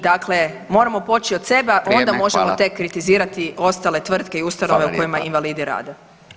Dakle, moramo poći od sebe, a onda možemo [[Upadica: Vrijeme, hvala.]] tek kritizirati ostale tvrtke i ustanove u kojima invalidi rade.